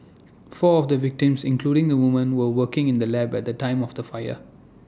four of the victims including the woman were working in the lab at the time of the fire